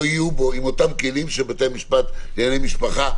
יהיו עם אותם כלים שבתי המשפט לענייני משפחה,